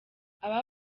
aba